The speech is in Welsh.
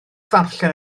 ddarllen